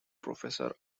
professor